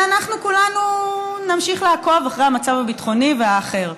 ואנחנו כולנו נמשיך לעקוב אחרי המצב הביטחוני והאחר,